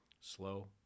slow